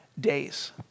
days